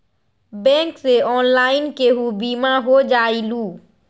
Bank से online केहु बिमा हो जाईलु?